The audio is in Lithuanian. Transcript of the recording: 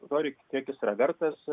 turi kiek jis yra vertas